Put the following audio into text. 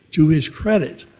to his credit,